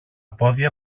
πόδια